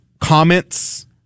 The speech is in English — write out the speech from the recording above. comments